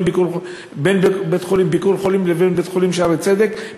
"ביקור חולים" לבין בית-החולים "שערי צדק",